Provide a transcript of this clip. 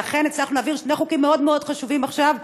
ואכן הצלחנו להעביר שני חוקים מאוד מאוד חשובים עכשיו,